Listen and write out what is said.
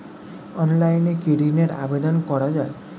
অনলাইনে কি ঋনের আবেদন করা যায়?